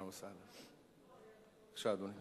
בבקשה, אדוני.